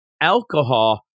alcohol